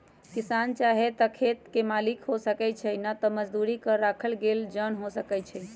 किसान चाहे त खेत के मालिक हो सकै छइ न त मजदुरी पर राखल गेल जन हो सकै छइ